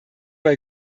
bei